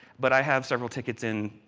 but i have several tickets in,